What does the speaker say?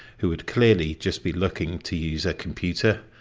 who would clearly just be looking to use a computer,